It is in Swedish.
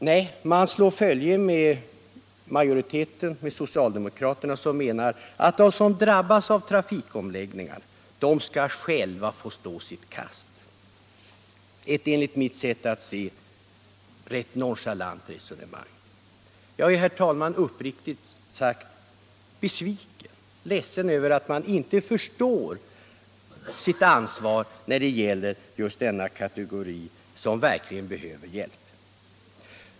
Nej, man slår följe med socialdemokraterna, som menar att de som drabbas av trafikomläggningar själva skall stå sitt kast — ett enligt mitt sätt att se rätt nonchalant resonemang. Jag är, herr talman, uppriktigt besviken och ledsen över att man inte förstår sitt ansvar när det gäller just denna kategori, som verkligen behöver hjälp.